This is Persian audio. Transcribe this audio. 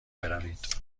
بروید